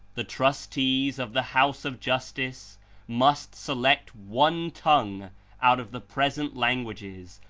the trustees of the house of justice must select one tongue out of the present languages,